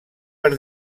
per